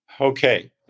Okay